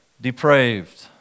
depraved